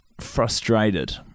frustrated